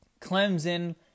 Clemson